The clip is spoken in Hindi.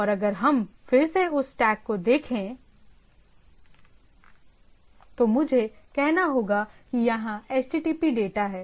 और अगर हम फिर से उस स्टैक को देखें तो मुझे कहना होगा कि यहां एचटीटीपी डेटा है